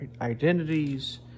identities